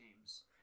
games